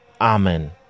Amen